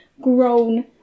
grown